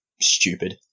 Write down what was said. stupid